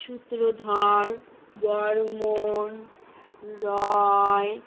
সূত্রধার Barman রয়